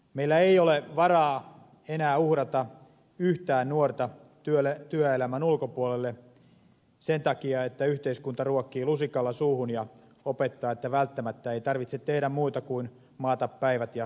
meillä ei ole varaa enää uhrata yhtään nuorta työelämän ulkopuolelle sen takia että yhteiskunta ruokkii lusikalla suuhun ja opettaa että välttämättä ei tarvitse tehdä muuta kuin maata päivät ja bilettää yöt